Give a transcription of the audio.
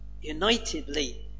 unitedly